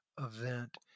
event